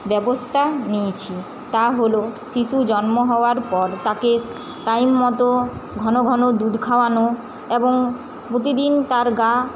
ব্যবস্থা নিয়েছি তা হল শিশু জন্ম হওয়ার পর তাকে টাইম মতো ঘনঘন দুধ খাওয়ানো এবং প্রতিদিন তার গা